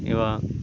এবং